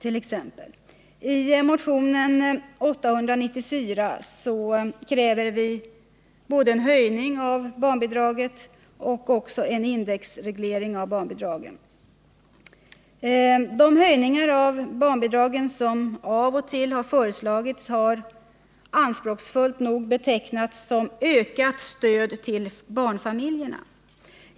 I motionen 894 kräver vi både en höjning och en indexreglering av barnbidragen. De höjningar av barnbidragen som av och till företagits har anspråksfullt betecknats som ”ökat stöd till barnfamiljerna”.